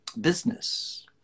Business